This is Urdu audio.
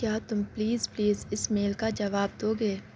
کیا تم پلیز پلیز اس میل کا جواب دو گے